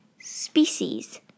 species